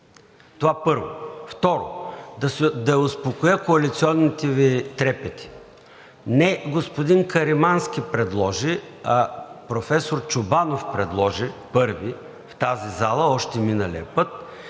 Това първо. Второ, да успокоя коалиционните Ви трепети. Не господин Каримански предложи, а професор Чобанов предложи първи в тази зала още миналия път,